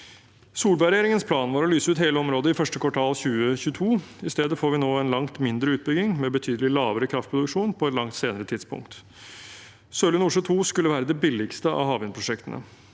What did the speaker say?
Solberg-regjeringens plan var å lyse ut hele området i første kvartal 2022. I stedet får vi nå en langt mindre utbygging med betydelig lavere kraftproduksjon på et langt senere tidspunkt. Sørlige Nordsjø II skulle være det billigste av havvindprosjektene.